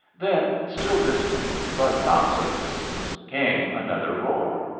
then, still distant, but not so distant, came another roar.